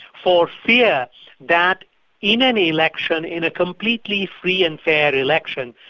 for fear that in an election, in a completely free and fair election,